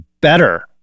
better